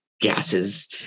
gases